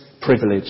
privilege